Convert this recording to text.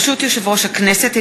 ברשות יושב-ראש הכנסת,